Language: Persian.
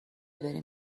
بریم